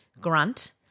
grunt